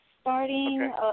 starting